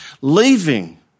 Leaving